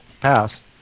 pass